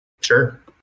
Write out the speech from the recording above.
Sure